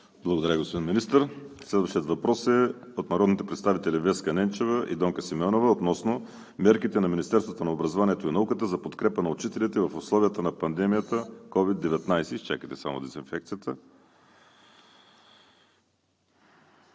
Благодаря, господин Министър. Следващият въпрос е от народните представители Веска Ненчева и Донка Симеонова относно мерките на Министерството на образованието и науката за подкрепа на учителите в условията на пандемията COVID-19. Заповядайте, госпожо Симеонова,